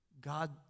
God